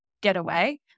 Getaway